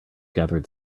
gathered